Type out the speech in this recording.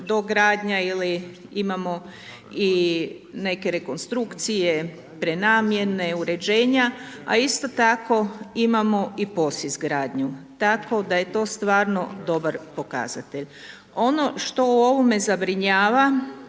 dogradnja ili imamo i neke rekonstrukcije, prenamjene, uređenja, a isto tako imamo i POS izgradnju. Tako da je to stvarno dobar pokazatelj. Ono što u ovome zabrinjava